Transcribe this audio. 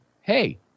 Hey